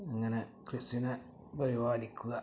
അങ്ങനെ കൃഷിനെ പരിപാലിക്കുക